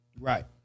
right